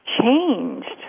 changed